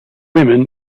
women